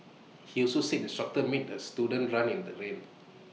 he also said the instructor made the student run in the rain